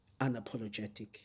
unapologetic